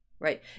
Right